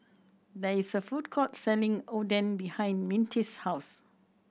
there is a food court selling Oden behind Mintie's house